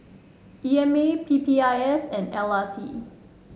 E M A P P I S and L R T